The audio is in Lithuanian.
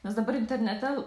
nes dabar internete